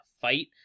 fight